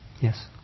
Yes